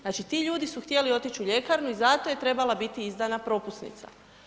Znači ti ljudi su htjeli otići u ljekarnu i zato je trebala biti izdana propusnica.